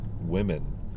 women